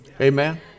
Amen